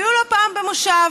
אפילו לא פעם במושב,